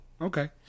Okay